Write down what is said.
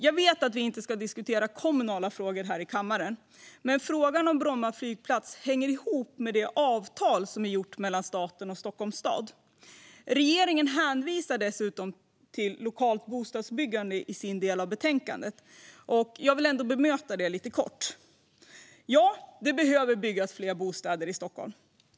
Jag vet att vi inte ska diskutera kommunala frågor i kammaren, men frågan om Bromma flygplats hänger ihop med avtal som är gjort mellan staten och Stockholms stad. Regeringen hänvisar dessutom till lokalt bostadsbyggande i sin reservation, och jag vill ändå bemöta detta lite kort. Ja, det behöver byggas fler bostäder i Stockholm.